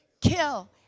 kill